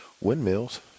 windmills